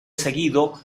seguido